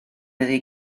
iddi